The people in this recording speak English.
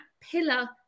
pillar